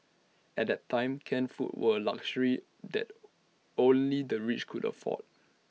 at that time canned foods were A luxury that only the rich could afford